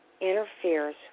interferes